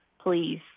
please